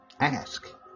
Ask